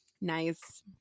Nice